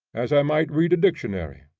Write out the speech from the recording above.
as i might read a dictionary,